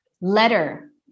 letter